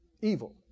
evil